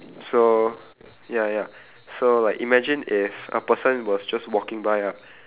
so ya ya so like imagine if a person was just walking by ah